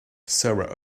sarah